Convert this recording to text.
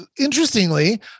interestingly